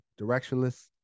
directionless